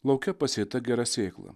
lauke pasėta gera sėkla